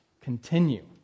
continue